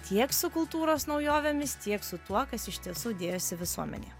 tiek su kultūros naujovėmis tiek su tuo kas iš tiesų dėjosi visuomenėje